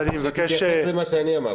שתתייחס למה שאני אמרתי.